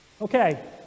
Okay